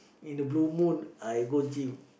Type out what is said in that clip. in the blue moon I go gym